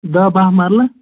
دہ بَہہ مَرلہٕ